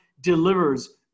delivers